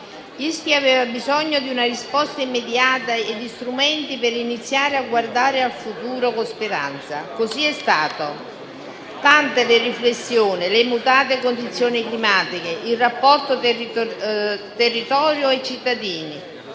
Ischia aveva bisogno di una risposta immediata e di strumenti per iniziare a guardare al futuro con speranza; così è stato. Tante le riflessioni: le mutate condizioni climatiche, il rapporto tra il territorio e i cittadini,